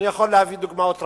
אני יכול להביא דוגמאות רבות.